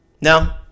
No